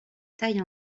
taille